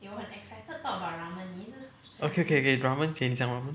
okay okay ramen 给你讲完 lor